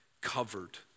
covered